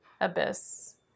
abyss